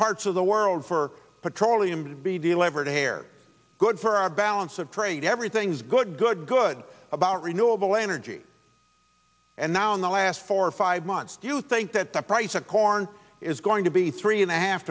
parts of the world for petroleum to be delivered air good for our balance of trade everything's good good good about renewable energy and now in the last four or five months do you think that the price of corn is going to be three and a half